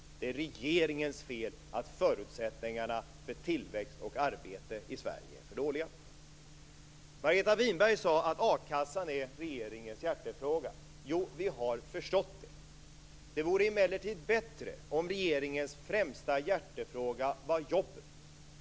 Det är regeringens fel att förutsättningarna för tillväxt och arbete i Sverige är för dåliga. Margareta Winberg sade att a-kassan är regeringens hjärtefråga. Vi har förstått det. Det vore emellertid bättre om regeringens främsta hjärtefråga var jobben.